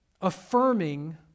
affirming